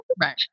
right